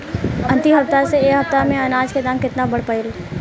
अंतिम हफ्ता से ए हफ्ता मे अनाज के दाम केतना बढ़ गएल?